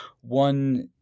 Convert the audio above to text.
one